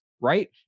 Right